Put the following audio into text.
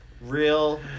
real